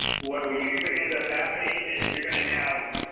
what will usually end up happening is you're going to have